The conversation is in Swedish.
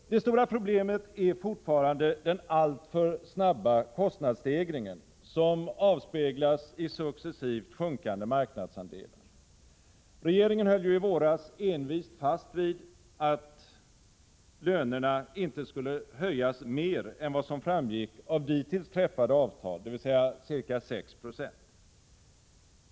Det stora problemet är fortfarande den alltför snabba kostnadsstegringen, som avspeglas i successivt sjunkande marknadsandelar. Regeringen höll ju i våras envist fast vid tesen att lönerna inte skulle höjas mer än vad som framgick av dittills träffade avtal, dvs. ca 6 90.